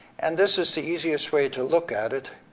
and this is the easiest way to look at it,